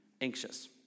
anxious